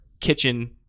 kitchen